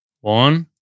One